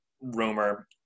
rumor